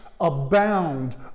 abound